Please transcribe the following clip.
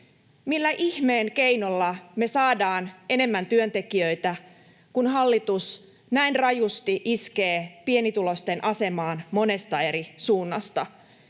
millä ihmeen keinolla me saadaan enemmän työntekijöitä, kun hallitus näin rajusti iskee pienituloisten asemaan monesta eri suunnasta?